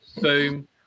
boom